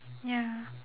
ya